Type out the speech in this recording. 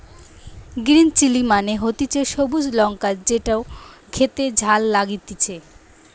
green chilli মানে হতিছে সবুজ লঙ্কা যেটো খেতে ঝাল লাগতিছে